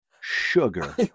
sugar